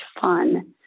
fun